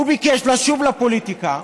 הוא ביקש לשוב לפוליטיקה.